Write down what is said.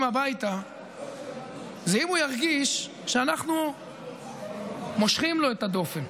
הביתה היא אם הוא ירגיש שאנחנו מושכים לו את הדופן,